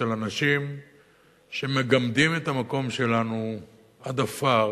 אצל אנשים שמגמדים את המקום שלנו עד עפר.